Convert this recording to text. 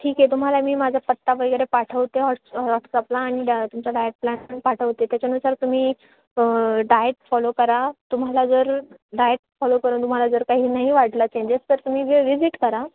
ठीक आहे तुम्हाला मी माझा पत्ता वगैरे पाठवते वॉट्स वॉट्सअपला आणि डा तुमचा डाएट प्लन पाठवते त्याच्यानुसार तुम्ही डायट फॉलो करा तुम्हाला जर डायट फॉलो करून तुम्हाला जर काही नाही वाटलं चेंजेस तर तुम्ही वे विजिट करा